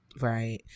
Right